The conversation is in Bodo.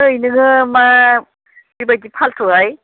ओइ नोङो मा बेबायदि फालथुहाय